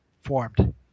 formed